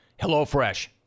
HelloFresh